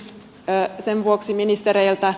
kysynkin sen vuoksi ministereiltä